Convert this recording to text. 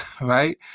right